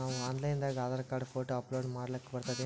ನಾವು online ದಾಗ Aadhaar card, photo upload ಮಾಡ್ಲಕ ಬರ್ತದೇನ್ರಿ?